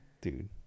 Dude